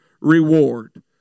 reward